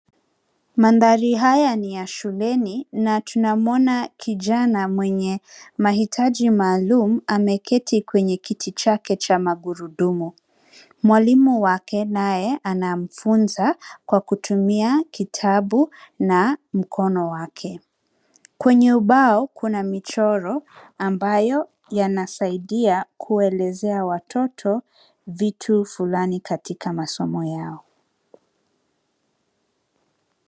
Mandhari haya ni ya shuleni na tunamwona kijana mwenye mahitaji maalum ameketi kwenye kiti chake cha magurudumu. Mwalimu wake naye anamfunza kwa kutumia kitabu na mkono wake. Kwenye ubao kuna michoro ambayo yanasaidia kuelezea watoto vitu fulani katika masomo yao.